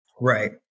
Right